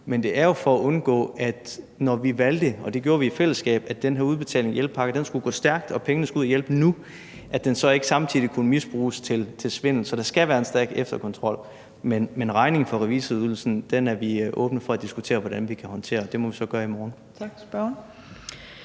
Men det var jo for at undgå – altså når vi valgte, og det gjorde vi i fællesskab, at udbetalingen af den her hjælpepakke skulle gå stærkt, og at pengene skulle ud og hjælpe nu – at den ikke samtidig kunne misbruges til svindel. Så der skal være en stærk efterkontrol, men regningen for revisorydelsen er vi åbne for at diskutere hvordan vi kan håndtere, og det må vi så gøre i morgen. Kl.